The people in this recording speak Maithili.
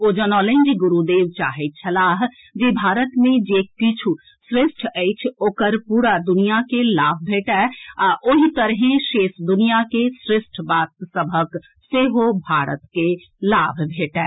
ओ जनौलनि जे गुरूदेव चाहैत छलाह जे भारत मे जे किछु श्रेष्ठ अछि ओकर पूरा दुनिया के लाभ भेटए आ ओहि तरहें शेष दुनिया के श्रेष्ठ बात सभक सेहो भारत के लाभ भेटए